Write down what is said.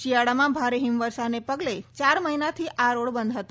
શિયાળામાં ભારે હિમવર્ષાના પગલે ચાર મહિનાથી આ રોડ બંધ હતો